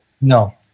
No